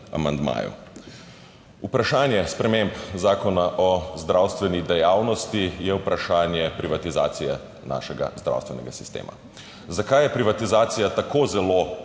Vprašanje sprememb Zakona o zdravstveni dejavnosti je vprašanje privatizacije našega zdravstvenega sistema. Zakaj je privatizacija tako zelo